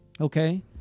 Okay